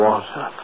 Water